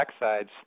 backsides